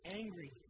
angry